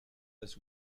this